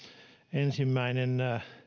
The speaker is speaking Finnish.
ensimmäinen